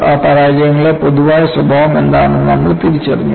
ആ പരാജയങ്ങളിലെ പൊതുവായ സ്വഭാവം എന്താണെന്ന് നമ്മൾ തിരിച്ചറിഞ്ഞു